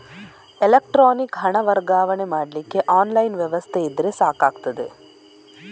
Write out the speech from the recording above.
electronic ಹಣ ವರ್ಗಾವಣೆ ಮಾಡ್ಲಿಕ್ಕೆ ಆನ್ಲೈನ್ ವ್ಯವಸ್ಥೆ ಇದ್ರೆ ಸಾಕಾಗ್ತದೆ